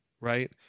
right